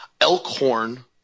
Elkhorn –